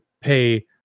pay